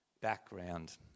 background